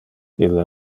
ille